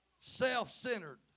Self-centered